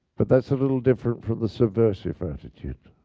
but that's a little different from the subversive attitude.